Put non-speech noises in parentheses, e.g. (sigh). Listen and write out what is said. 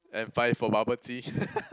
and five for bubble tea (laughs)